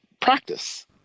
practice